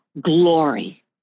glory